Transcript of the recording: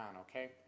okay